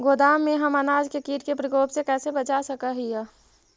गोदाम में हम अनाज के किट के प्रकोप से कैसे बचा सक हिय?